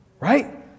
Right